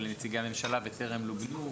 לנציגי הממשלה וטרם לובנו.